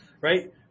right